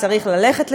צריך ללכת לשם.